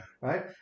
right